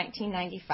1995